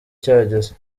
cyageze